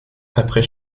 après